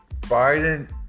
Biden